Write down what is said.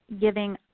giving